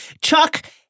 Chuck